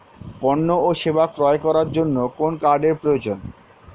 পণ্য ও সেবা ক্রয় করার জন্য কোন কার্ডের প্রয়োজন?